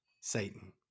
Satan